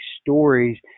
stories